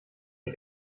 die